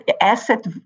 asset